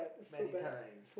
many times